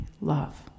love